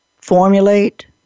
formulate